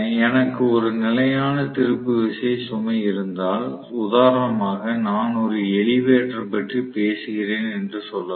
எனக்கு ஒரு நிலையான திருப்பு விசை சுமை இருந்தால் உதாரணமாக நான் ஒரு எலிவேட்டர் பற்றி பேசுகிறேன் என்று சொல்லலாம்